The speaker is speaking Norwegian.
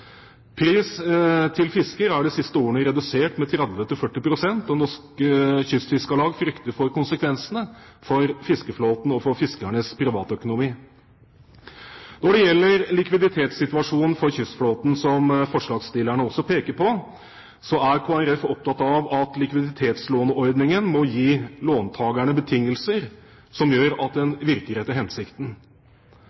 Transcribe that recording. Pris til fisker er de siste årene redusert med 30–40 pst., og Norges Kystfiskarlag frykter for konsekvensene for fiskeflåten og for fiskernes privatøkonomi. Når det gjelder likviditetssituasjonen for kystflåten, som forslagsstillerne også peker på, er Kristelig Folkeparti opptatt av at likviditetslåneordningen må gi låntakerne betingelser som gjør at den